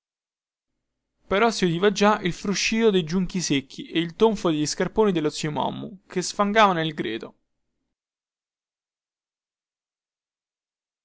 però si udiva già il fruscío dei giunchi secchi e il tonfo degli scarponi dello zio mommu che sfangava nel greto